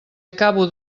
acabo